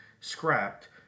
scrapped